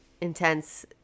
intense